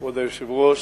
כבוד היושב-ראש,